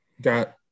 got